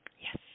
Yes